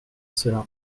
cela